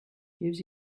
gives